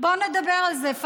בוא נדבר על זה.